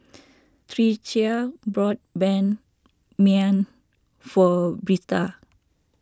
Tricia bought Ban Mian for Birtha